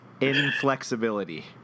inflexibility